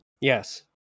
Yes